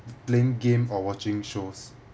playing game or watching shows